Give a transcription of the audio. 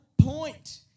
point